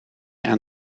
aan